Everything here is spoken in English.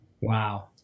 Wow